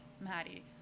Maddie